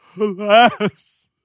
Alas